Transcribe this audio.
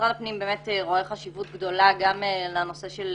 משרד הפנים באמת רואה חשיבות גדולה גם בנושא של